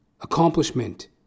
accomplishment